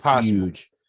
huge